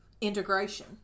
integration